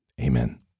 Amen